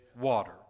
water